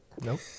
Nope